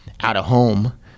out-of-home